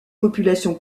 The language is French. population